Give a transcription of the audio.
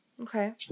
Okay